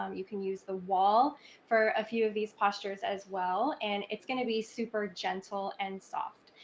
um you can use the wall for a few of these postures, as well, and it's going to be super gentle and soft.